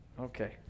Okay